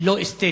לא אסתטי.